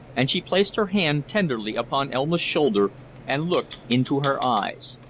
and she placed her hand tenderly upon elma's shoulder and looked into her eyes.